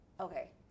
okay